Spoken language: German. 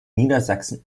niedersachsen